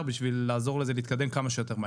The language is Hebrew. בשביל לעזור לזה להתקדם כמה שיותר מהר.